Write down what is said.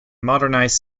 modernized